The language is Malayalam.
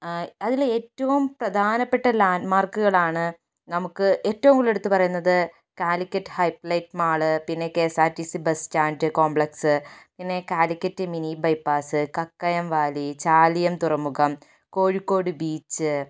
അതിൽ ഏറ്റവും പ്രധാനപ്പെട്ട ലാൻഡ് മാർക്കുകളാണ് നമുക്ക് ഏറ്റവും കൂടുതൽ എടുത്ത് പറയുന്നത് കാലിക്കറ്റ് ഹൈപ്പ് ലൈറ്റ് മാൾ പിന്നെ K S R T C bus stand complex പിന്നെ Calicut mini bypass Kakkayam valley Chaliyam തുറമുഖം കോഴിക്കോട് ബീച്ച്